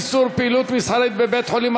איסור פעילות מסחרית בבית-חולים),